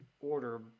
order